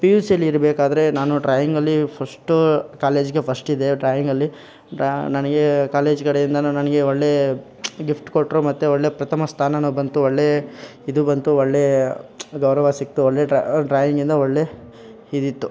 P U ಸಿಲ್ಲಿರ್ಬೇಕಾದ್ರೆ ನಾನು ಡ್ರಾಯಿಂಗಲ್ಲಿ ಫಷ್ಟು ಕಾಲೇಜಿಗೆ ಫಷ್ಟಿದ್ದೆ ಡ್ರಾಯಿಂಗಲ್ಲಿ ನನಗೆ ಕಾಲೇಜ್ ಕಡೆಯಿಂದನೂ ನನಗೆ ಒಳ್ಳೆ ಗಿಫ್ಟ್ ಕೊಟ್ಟರು ಮತ್ತು ಒಳ್ಳೆ ಪ್ರಥಮ ಸ್ಥಾನನೂ ಬಂತು ಒಳ್ಳೆ ಇದು ಬಂತು ಒಳ್ಳೆಯ ಗೌರವ ಸಿಕ್ತು ಒಳ್ಳೆ ಡ್ರಾಯಿಂಗಿಂದ ಒಳ್ಳೆ ಇದಿತ್ತು